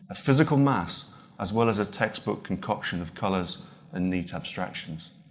a physical mass as well as a text book concoction of colours and neat abstractions.